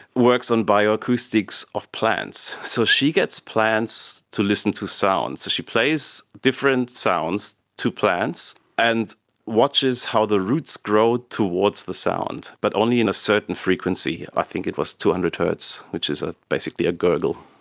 works on bioacoustics of plants. so she gets plants to listen to sounds. she plays different sounds to plants and watches how the roots grow towards the sound, but only in a certain frequency, i think it was two hundred hz, which is ah basically a gurgle.